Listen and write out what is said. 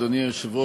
השר,